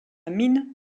mine